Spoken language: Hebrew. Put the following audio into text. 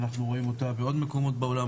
אנחנו רואים אותה בעוד מקומות בעולם,